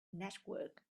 network